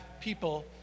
people